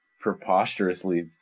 preposterously